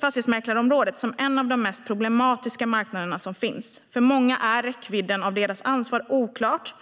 fastighetsmäklarområdet som en av de mest problematiska marknader som finns. För många är räckvidden av deras ansvar oklart.